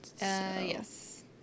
yes